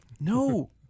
no